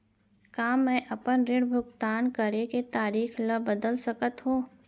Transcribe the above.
का मैं अपने ऋण भुगतान करे के तारीक ल बदल सकत हो?